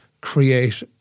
create